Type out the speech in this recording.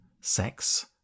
sex